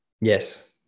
Yes